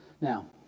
Now